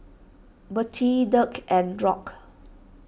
Bertie Dirk and Rock